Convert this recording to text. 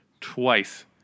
twice